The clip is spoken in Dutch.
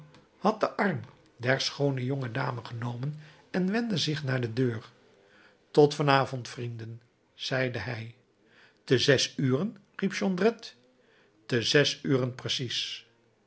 had den arm der schoone jonge dame genomen en wendde zich naar de deur tot van avond vrienden zeide hij te zes uren riep jondrette te zes uren precies